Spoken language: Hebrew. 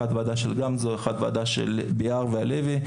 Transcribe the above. האחת היא ועדת גמזו, והשנייה של ביאר והלוי.